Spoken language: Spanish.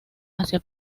hacia